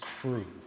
crew